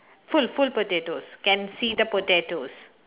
full full potatoes can see the potatoes